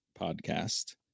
podcast